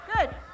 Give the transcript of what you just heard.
Good